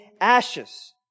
ashes